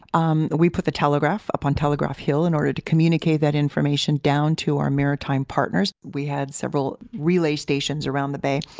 um we put the telegraph up on telegraph hill in order to communicate that information down to our maritime partners. we had several relay stations around the bay,